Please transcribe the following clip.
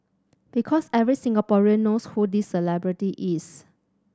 because every Singaporean knows who this celebrity is